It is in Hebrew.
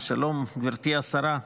שלום, גברתי השרה,